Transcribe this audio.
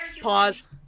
pause